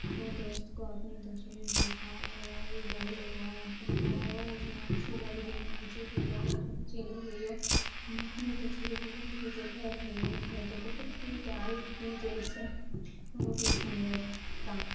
اپنے دوست کو اپنی تصویر دکھائی وہ بھی بولیں واؤ تم تو اور اس میں اچھی لگ رہی ہو ہم سے بھی زیادہ تم اچھی لگ رہی ہو ہم اپنی تصویر بہت ہی جگہ بھیجے تھے تو بہت ہی تعریف کی جیسے بہت ہی سندرتا